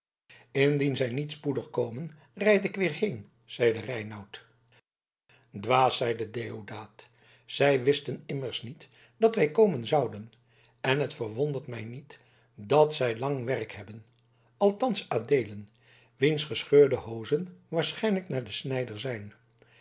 indien zij niet spoedig komen rijd ik weer heen zeide reinout dwaas zeide deodaat zij wisten immers niet dat wij komen zouden en t verwondert mij niet dat zij lang werk hebben althans adeelen wiens gescheurde hozen waarschijnlijk naar den snijder zijn